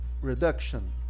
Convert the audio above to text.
reduction